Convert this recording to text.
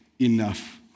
enough